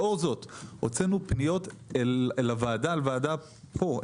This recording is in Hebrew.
לאור זאת הוצאנו פניות לוועדה פה,